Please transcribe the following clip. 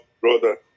brother